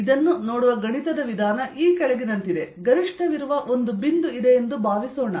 ಇದನ್ನು ನೋಡುವ ಗಣಿತದ ವಿಧಾನ ಈ ಕೆಳಗಿನಂತಿದೆ ಗರಿಷ್ಠವಿರುವ ಒಂದು ಬಿಂದು ಇದೆ ಎಂದು ಭಾವಿಸೋಣ